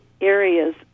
areas